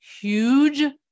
huge